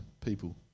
people